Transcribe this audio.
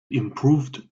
improved